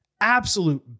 absolute